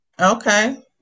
Okay